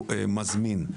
ומזמין.